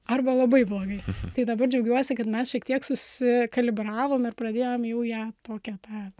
arba labai blogai tai dabar džiaugiuosi kad mes šiek tiek susikalibravom ir pradėjom jau ją tokią tą